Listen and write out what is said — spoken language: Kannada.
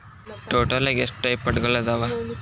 ಟೋಟಲ್ ಆಗಿ ಎಷ್ಟ ಟೈಪ್ಸ್ ಫಂಡ್ಗಳದಾವ